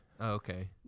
okay